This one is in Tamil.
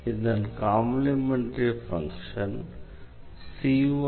இதன் காம்ப்ளிமெண்டரி ஃபங்ஷன் ஆகும்